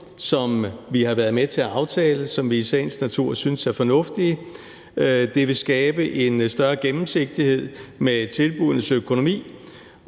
som vi har været med til at aftale, og som vi i sagens natur synes er fornuftige. Det vil skabe en større gennemsigtighed i tilbuddenes økonomi,